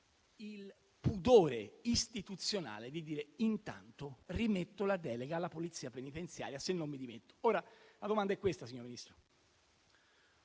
il pudore istituzionale di dire che intanto rimette la delega alla polizia penitenziaria, se non addirittura